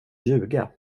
ljuga